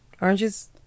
Oranges